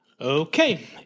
Okay